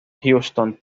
houston